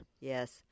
Yes